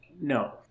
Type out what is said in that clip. No